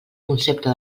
concepte